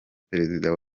perezida